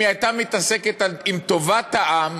אם היא הייתה מתעסקת בטובת העם,